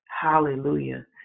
hallelujah